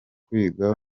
wiga